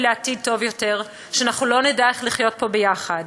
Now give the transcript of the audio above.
לעתיד טוב יותר ואנחנו לא נדע איך לחיות פה יחד.